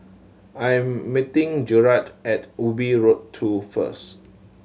I'm meeting Gerrit at Ubi Road Two first